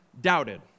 doubted